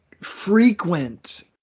frequent